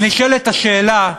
אז נשאלת השאלה,